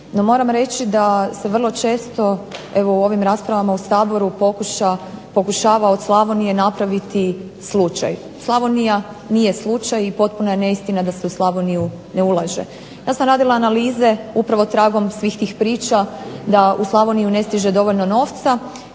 moram reći da se vrlo često, evo u ovim raspravama u Saboru pokušava od Slavonije napraviti slučaj. Slavonija nije slučaj i potpuna je neistina da se u Slavoniju ne ulaže. Ja sam radila analize upravo tragom svih tih priča da u Slavoniju ne stiže dovoljno novca,